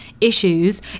issues